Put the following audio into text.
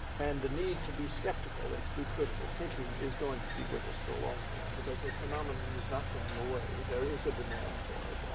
and the need to be skeptical and to do critical thinking is going to be with us for a long time because the phenomenon is not going away. there is a demand for it,